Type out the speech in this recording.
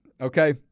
okay